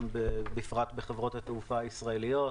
בפרט בשלוש חברות התעופה הישראליות